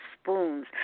spoons